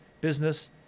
business